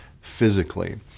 physically